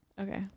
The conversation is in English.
Okay